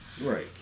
Right